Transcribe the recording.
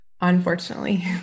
unfortunately